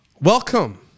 Welcome